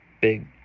big